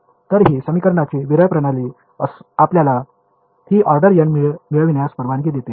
तर ही समीकरणांची विरळ प्रणाली आपल्याला ही ऑर्डर n मिळविण्यास परवानगी देते